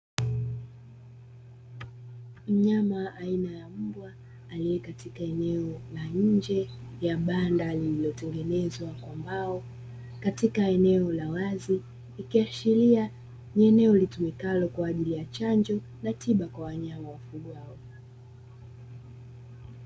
Mnyama aina ya mbwa aliye katika eneo la nje ya banda lililotengenezwa kwa mbao katika eneo la wazi, ikiashiria ni eneo litumikalo kwa ajili ya chanjo na tiba kwa wanyama wafugwao.